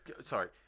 sorry